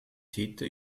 täter